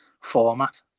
format